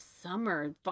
summer